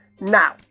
Now